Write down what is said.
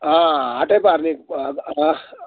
हाटै पार्ने